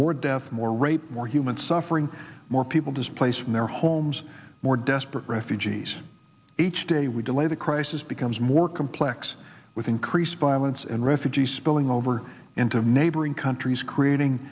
more death more rape more human suffering more people displaced from their homes more desperate refugees each day we delay the crisis becomes more complex with increased violence and refugees spilling over into neighboring countries creating